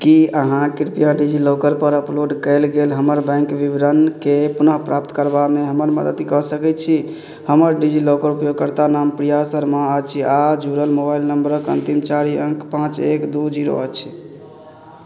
कि अहाँ कृपया डिजिलॉकरपर अपलोड कएल गेल हमर बैँक विवरणके पुनः प्राप्त करबामे हमर मदति कऽ सकै छी हमर डिजिलॉकर उपयोगकर्ता नाम प्रिया शर्मा अछि आओर जुड़ल मोबाइल नम्बरके अन्तिम चारि अङ्क पाँच एक दुइ जीरो अछि